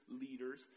leaders